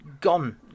gone